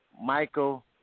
Michael